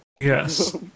Yes